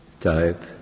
type